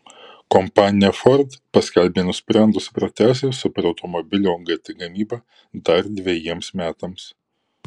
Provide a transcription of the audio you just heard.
kompanija ford paskelbė nusprendusi pratęsti superautomobilio gt gamybą dar dvejiems metams